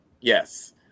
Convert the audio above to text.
Yes